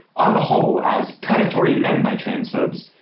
on the whole, as predatory men by transphobes,